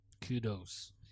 kudos